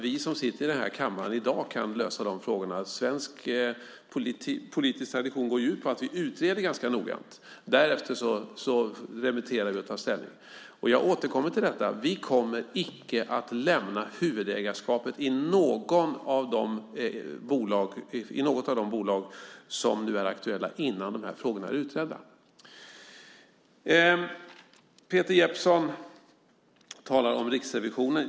Vi som sitter i kammaren i dag kan inte lösa dessa frågor. Svensk politisk tradition går ut på att vi utreder ganska noggrant. Därefter remitterar vi och tar ställning. Jag återkommer till detta: Vi kommer icke att lämna huvudägarskapet i något av de bolag som nu är aktuella innan dessa frågor är utredda. Peter Jeppsson talar om Riksrevisionen.